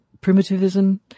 Primitivism